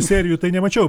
serijų tai nemačiau